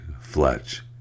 Fletch